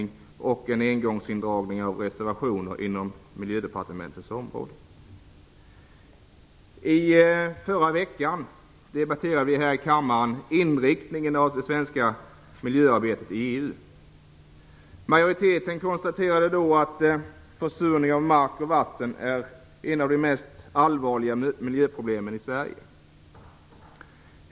Dessutom görs en engångsindragning av reservationsmedel inom Miljödepartementet. I förra veckan debatterade vi här i kammaren inriktningen av det svenska miljöarbetet i EU. Majoriteten konstaterade då att försurning av mark och vatten är ett av de mest allvarliga miljöproblemen i Sverige.